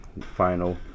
final